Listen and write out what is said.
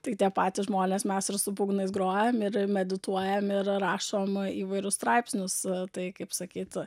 tai tie patys žmonės mes ir su būgnais grojam ir medituojam ir rašom įvairius straipsnius tai kaip sakyt